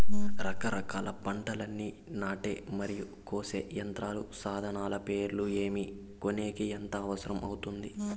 రకరకాల పంటలని నాటే మరియు కోసే యంత్రాలు, సాధనాలు పేర్లు ఏమి, కొనేకి ఎంత అవసరం అవుతుంది?